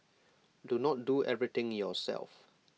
do not do everything yourself